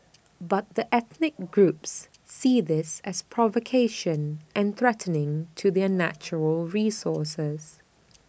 but the ethnic groups see this as provocation and threatening to their natural resources